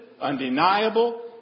undeniable